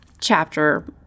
chapter